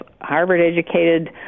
Harvard-educated